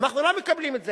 הרי אנחנו לא מקבלים את זה.